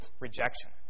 rejection